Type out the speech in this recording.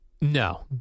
No